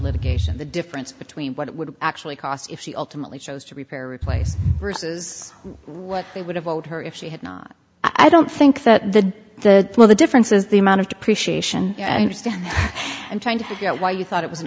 litigation the difference between what it would actually cost if she ultimately chose to repair or replace versus what they would have owed her if she had not i don't think that the the well the difference is the amount of depreciation and trying to figure out why you thought it was an